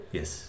Yes